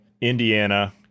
indiana